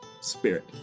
spirit